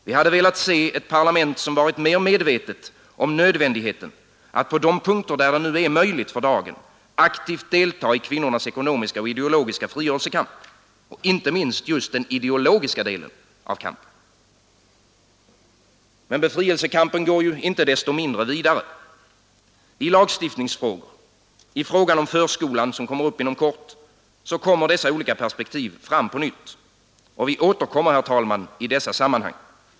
Vi hade velat se ett parlament som varit mer medvetet om nödvändigheten av att på de punkter där det är möjligt aktivt delta i kvinnornas ekonomiska och ideologiska frigörelse kamp — inte minst den ideologiska delen av kampen. Men befrielsekampen går ju inte desto mindre vidare. I lagstiftningsfrågor, i frågan om förskolan, som kommer upp inom kort, träder dessa olika perspektiv fram på nytt. Vi återkommer, herr talman, i dessa sammanhang.